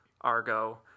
Argo